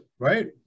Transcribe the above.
Right